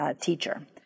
teacher